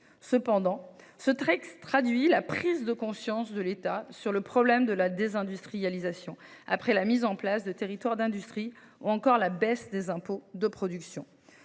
candidats. Ce texte traduit toutefois la prise de conscience de l’État sur le problème de la désindustrialisation, après la mise en place de Territoires d’industrie ou encore la baisse des impôts de production.